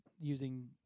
using